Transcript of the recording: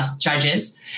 judges